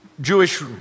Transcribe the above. Jewish